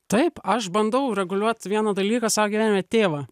taip aš bandau reguliuot vieną dalyką savo gyvenime tėvą